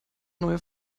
neue